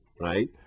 right